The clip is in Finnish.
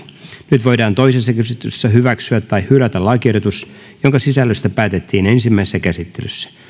nyt voidaan toisessa käsittelyssä hyväksyä tai hylätä lakiehdotus jonka sisällöstä päätettiin ensimmäisessä käsittelyssä